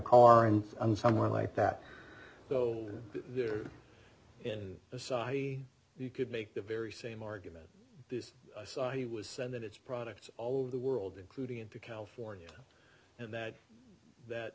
car and i'm somewhere like that so they're in a society you could make the very same argument this society was said that its products all over the world including into california and that that